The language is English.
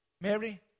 Mary